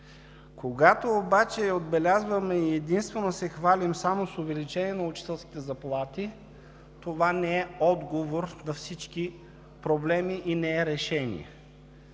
Когато обаче отбелязваме и единствено се хвалим само с увеличение на учителските заплати, това не е отговор на всички проблеми и не е решение.